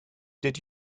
did